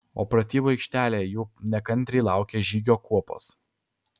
o pratybų aikštelėje jų nekantriai laukė žygio kuopos